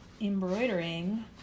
embroidering